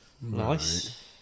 Nice